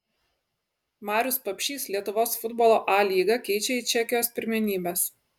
marius papšys lietuvos futbolo a lygą keičia į čekijos pirmenybes